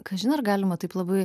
kažin ar galima taip labai